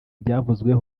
ibyavuzwe